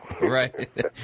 Right